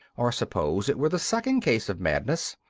or suppose it were the second case of madness,